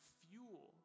fuel